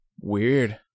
Weird